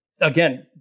again